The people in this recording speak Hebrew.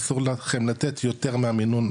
אסור לכם לתת יותר מהמינון,